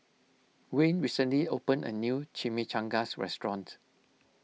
Wayne recently opened a new Chimichangas restaurant